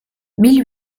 mille